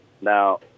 Now